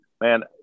man